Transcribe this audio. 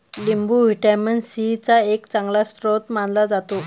लिंबू vitamin C चा एक चांगला स्रोत मानला जातो